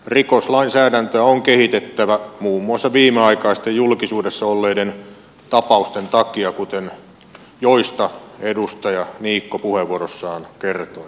rikoslainsäädäntöä on kehitettävä muun muassa viimeaikaisten julkisuudessa olleiden tapausten takia joista edustaja niikko puheenvuorossaan kertoi